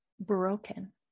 broken